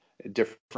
different